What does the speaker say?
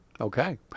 Okay